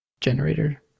generator